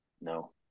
No